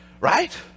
Right